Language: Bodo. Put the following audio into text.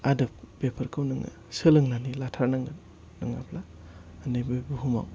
आरो बेफोरखौ नोङो सोलोंनानै लाथारनांगोन नङाब्ला नै बे बुहुमाव